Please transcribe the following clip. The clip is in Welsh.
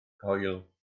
coil